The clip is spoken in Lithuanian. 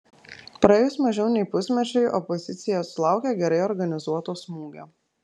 praėjus mažiau nei pusmečiui opozicija sulaukė gerai organizuoto smūgio